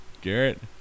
Garrett